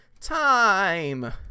Time